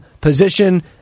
position